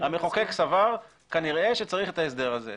המחוקק סבר כנראה, שצריך את ההסדר הזה.